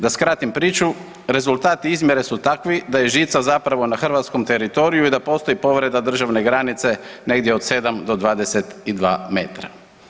Da skratim priču, rezultati izmjere su takvi da je žica zapravo na hrvatskom teritoriju i da postoji povreda državne granice, negdje od 7 do 22 metra.